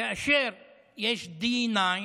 כאשר יש D9,